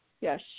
Yes